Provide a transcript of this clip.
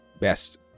best